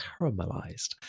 caramelized